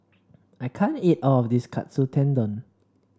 I can't eat all of this Katsu Tendon